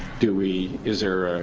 do we, is there,